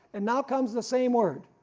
and now comes the same word,